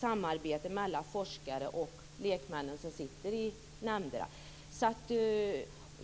samarbete mellan forskarna och lekmännen som sitter i nämnderna.